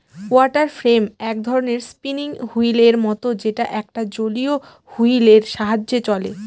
water frame এক ধরনের spinning wheel এর মত যেটা একটা জলীয় হুইল এর সাহায্যে চলে